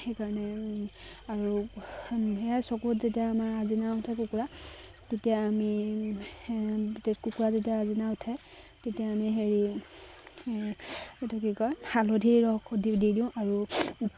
সেইকাৰণে আৰু সেয়া চকুত যেতিয়া আমাৰ আজিনা উঠে কুকুৰা তেতিয়া আমি কুকুৰা যেতিয়া আজিনা উঠে তেতিয়া আমি হেৰি এইটো কি কয় হালধি ৰস দি দিওঁ আৰু